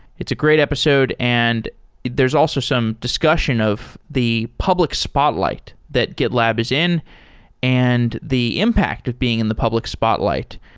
it's a great episode and there's also some discussion of the public spotlight that gitlab is in and the impact of being in the public spotlight.